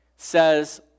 Says